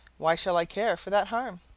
why shall i care for that harm?